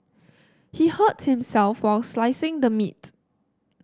he hurt himself while slicing the meat